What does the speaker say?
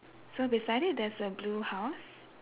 so beside it there's a blue house